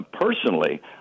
personally